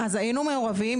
אז היינו מעורבים.